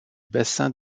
bassin